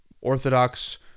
Orthodox